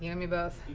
yeah me both.